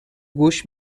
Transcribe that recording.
گوش